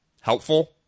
helpful